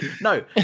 No